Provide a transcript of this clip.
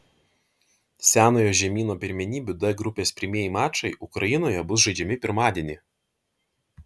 senojo žemyno pirmenybių d grupės pirmieji mačai ukrainoje bus žaidžiami pirmadienį